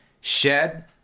shed